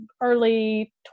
early